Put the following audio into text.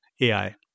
AI